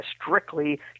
strictly